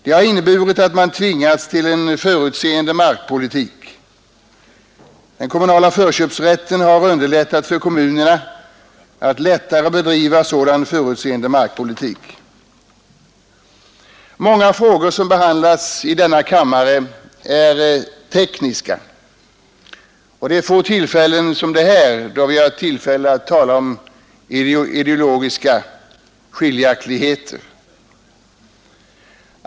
Det har också inneburit att man tvingats till en förutseende markpolitik. Den kommunala förköpsrätten har gjort det lättare för kommunerna att bedriva sådan förutseende markpolitik. Många frågor som behandlas i denna kammare är tekniska, och det är sällan vi som i dag får tillfälle att tala om ideologiska skiljaktigheter.